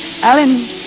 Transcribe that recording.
Alan